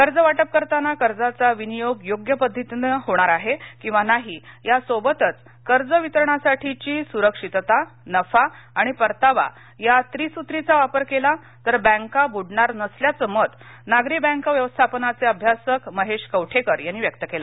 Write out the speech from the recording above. कर्ज वाटप करताना कर्जाचा विनीयोग योग्य पध्दतीने होणार आहे किंवा नाही यासोबतच कर्ज वितरणासाठीची सुरक्षीतता नफा आणि परतावा या त्रीसुत्रीचा वापर केला तर बॅका बुडणार नसल्याच मत नागरी बॅक व्यवस्थापनाचे अभ्यासक महेश कवठेकर यांनी यावेळी व्यक्त केलं